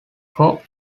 four